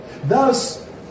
Thus